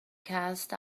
cast